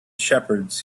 shepherds